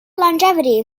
longevity